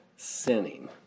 sinning